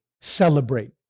celebrate